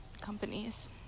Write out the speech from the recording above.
companies